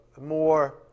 more